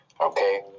okay